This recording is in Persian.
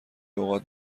اوقات